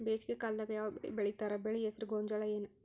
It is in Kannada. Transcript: ಬೇಸಿಗೆ ಕಾಲದಾಗ ಯಾವ್ ಬೆಳಿ ಬೆಳಿತಾರ, ಬೆಳಿ ಹೆಸರು ಗೋಂಜಾಳ ಏನ್?